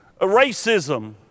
racism